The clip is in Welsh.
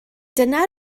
dyna